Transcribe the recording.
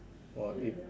!wah! eh